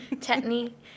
technique